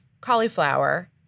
cauliflower